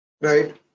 Right